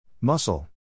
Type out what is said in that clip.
Muscle